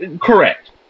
correct